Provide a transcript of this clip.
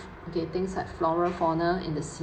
okay things like flora fauna in the sea